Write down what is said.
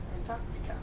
Antarctica